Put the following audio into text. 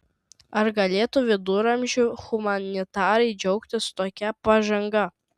ar galėtų viduramžių humanitarai džiaugtis tokia pažanga